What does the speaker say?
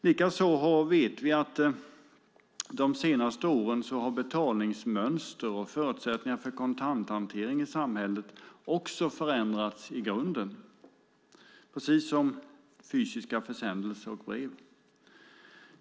Likaså vet vi att betalningsmönster och förutsättningar för kontanthantering i samhället förändrats i grunden de senaste åren, precis som fysiska försändelser och brev.